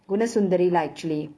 gunasundari lah actually